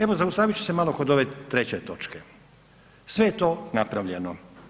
Evo zaustavit ću se malo kod ove 3. točke, sve je to napravljeno.